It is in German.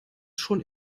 schon